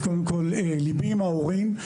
אז קודם כל, ליבי עם ההורים.